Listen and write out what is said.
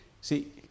see